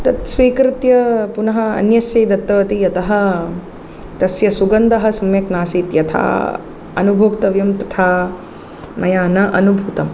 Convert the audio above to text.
तत् स्वीकृत्य पुनः अन्यस्यै दत्तवती यतः तस्य सुगन्धः सम्यक् नासीत् यथा अनुभोक्तव्यं तथा मया न अनुभूतं